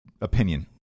opinion